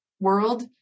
world